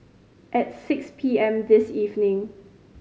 at six P M this evening